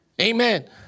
Amen